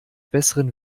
besseren